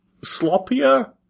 sloppier